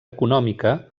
econòmica